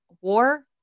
war